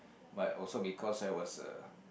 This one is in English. but also because I was a